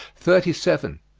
thirty seven.